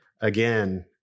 again